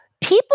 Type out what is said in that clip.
People